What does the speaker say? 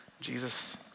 Jesus